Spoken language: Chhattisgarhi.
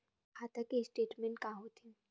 खाता के स्टेटमेंट का होथे?